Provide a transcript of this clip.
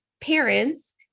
parents